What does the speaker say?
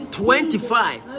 twenty-five